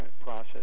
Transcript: process